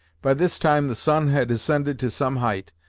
by this time the sun had ascended to some height,